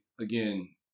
again